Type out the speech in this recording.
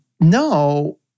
no